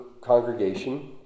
congregation